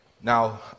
Now